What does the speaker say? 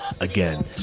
Again